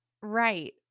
right